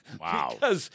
Wow